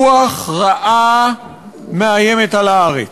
רוח רעה מאיימת על הארץ.